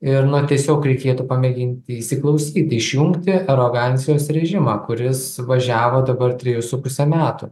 ir na tiesiog reikėtų pamėginti įsiklausyti išjungti arogancijos režimą kuris važiavo dabar trijų su puse metų